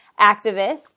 activist